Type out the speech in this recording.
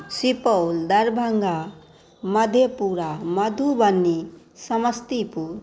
Supaul Darbhanga Madhepura Madhubani Samastipur